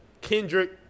Kendrick